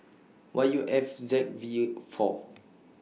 Y U F Z V four